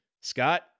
Scott